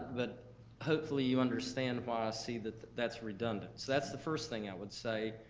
but hopefully you understand why i see that that's redundant. so that's the first thing i would say.